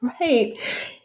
Right